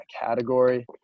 category